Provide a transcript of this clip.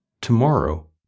tomorrow